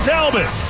Talbot